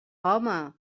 home